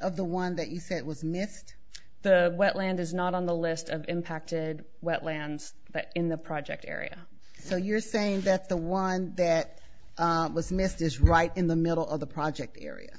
of the one that you think was missed the wetland is not on the list of impacted wetlands but in the project area so you're saying that the wind that was missed is right in the middle of the project area